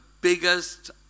biggest